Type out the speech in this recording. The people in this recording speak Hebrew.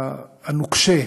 הנוקשה,